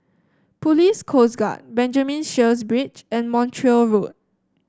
Police Coast Guard Benjamin Sheares Bridge and Montreal Road